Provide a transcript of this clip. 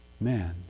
man